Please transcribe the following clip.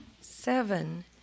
seven